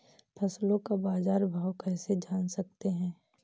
फसलों का बाज़ार भाव कैसे जान सकते हैं?